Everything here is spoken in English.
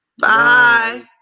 Bye